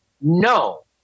No